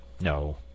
no